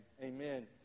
amen